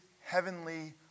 heavenly